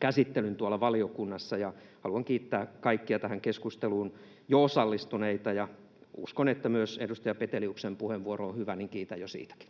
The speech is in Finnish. käsittelyn valiokunnassa. Haluan kiittää kaikkia tähän keskusteluun jo osallistuneita, ja koska uskon, että myös edustaja Peteliuksen puheenvuoro on hyvä, niin kiitän jo siitäkin.